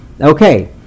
Okay